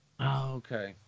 okay